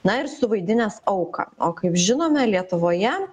na ir suvaidinęs auką o kaip žinome lietuvoje